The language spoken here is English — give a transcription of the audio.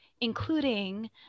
including